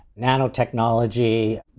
nanotechnology